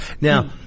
Now